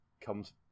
comes